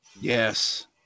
Yes